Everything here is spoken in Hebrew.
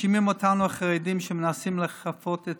מאשימים אותנו, החרדים, שאנחנו מנסים לכפות את